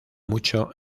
mucho